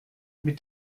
mit